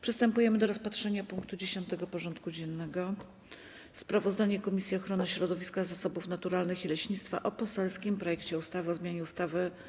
Przystępujemy do rozpatrzenia punktu 10. porządku dziennego: Sprawozdanie Komisji Ochrony Środowiska, Zasobów Naturalnych i Leśnictwa o poselskim projekcie ustawy o zmianie ustawy o zmianie